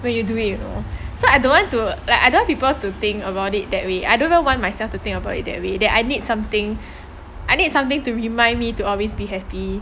when you do it you know so I don't want to like other people to think about it that way I don't even want myself to think about it that way that I need something I need something to remind me to always be happy